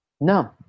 No